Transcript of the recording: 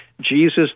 Jesus